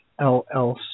LLC